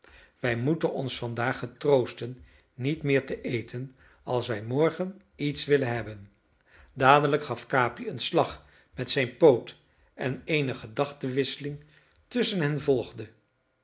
wij moeten ons vandaag getroosten niet meer te eten als wij morgen iets willen hebben dadelijk gaf capi een slag met zijn poot en eene gedachtenwisseling tusschen hen volgde